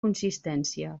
consistència